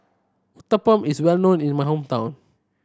uthapam is well known in my hometown